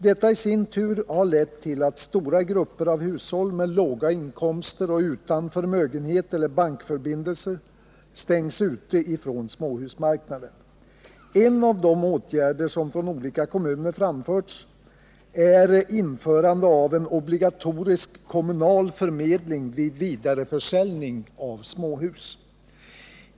Detta i sin tur har lett till att stora grupper av hushåll med låga inkomster och utan förmögenhet eller bankförbindelser stängs ute från småhusmarknaden. En av de åtgärder som från olika kommuner framförts är införande av en obligatorisk kommunal förmedling vid vidareförsäljning av småhus.